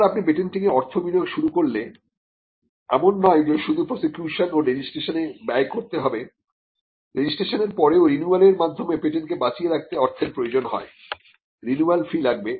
একবার আপনি পেটেন্টিংয়ে অর্থ বিনিয়োগ শুরু করলে এমন নয় যে শুধু প্রসিকিউশন ও রেজিস্ট্রেশনে ব্যয় করতে হবে রেজিস্ট্রেশনের পরেও রিনিউয়ালের মাধ্যমে পেটেন্ট কে বাঁচিয়ে রাখতে অর্থের প্রয়োজন হয় রিনিউয়াল ফি লাগবে